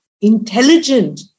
intelligent